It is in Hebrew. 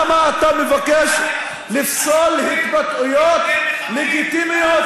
למה אתה מבקש לפסול התבטאויות לגיטימיות